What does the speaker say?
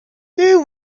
two